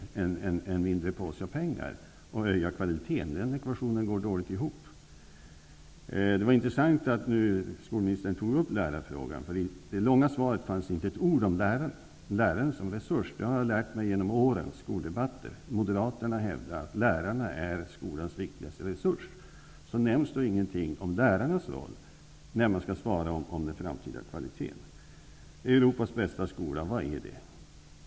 Kommunerna får en mindre påse med pengar samtidigt som de skall höja kvaliteten. Den ekvationen går dåligt ihop. Det var intressant att skolministern nu tog upp lärarfrågan. I det långa svaret fanns det nämligen inte ett ord om läraren som resurs. Genom årens skoldebatter har jag lärt mig att Moderaterna hävdar att lärarna är skolans viktigaste resurs. Men skolministern nämner inget om lärarnas roll när hon skall tala om den framtida kvaliteten i skolan. Vad är Europas bästa skola?